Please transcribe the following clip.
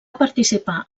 participar